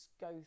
go